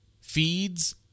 feeds